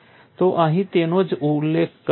તો અહીં તેનો જ ઉલ્લેખ કર્યો છે